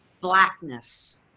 blackness